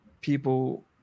people